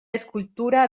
escultura